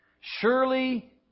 Surely